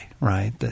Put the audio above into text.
right